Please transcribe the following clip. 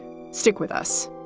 stick with us